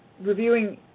reviewing